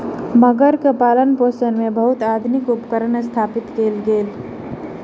मगरक पालनपोषण मे बहुत आधुनिक उपकरण स्थापित कयल गेल